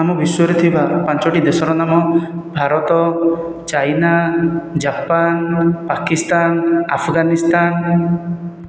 ଆମ ବିଶ୍ୱରେ ଥିବା ପାଞ୍ଚଟି ଦେଶର ନାମ ଭାରତ ଚାଇନା ଜାପାନ ପାକିସ୍ତାନ ଆଫଗାନିସ୍ତାନ